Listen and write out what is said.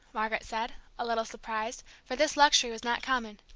margaret said, a little surprised, for this luxury was not common.